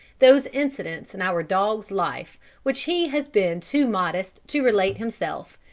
those incidents in our dog's life which he has been too modest to relate himself,